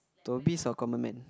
Toby's or Common Man